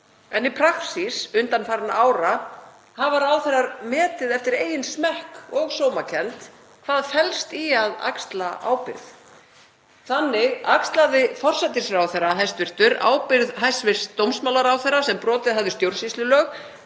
en í praxís undanfarinna ára hafa ráðherrar metið eftir eigin smekk og sómakennd hvað felst í að axla ábyrgð. Þannig axlaði hæstv. forsætisráðherra ábyrgð hæstv. dómsmálaráðherra sem brotið hafði stjórnsýslulög